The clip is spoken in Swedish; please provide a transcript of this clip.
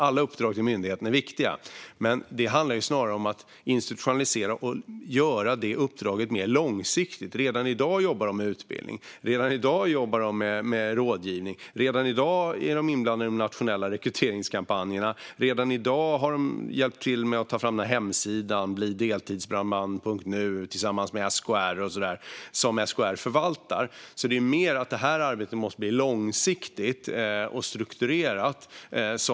Alla uppdrag till myndigheten är viktiga. Det handlar snarare om att institutionalisera uppdraget och göra det mer långsiktigt. Redan i dag jobbar man med utbildning och rådgivning och är inblandad i de nationella rekryteringskampanjerna. Man har också hjälpt SKR att ta fram hemsidan blideltidsbrandman.nu, som SKR förvaltar. Det handlar alltså om att se till att detta arbete blir långsiktigt och strukturerat.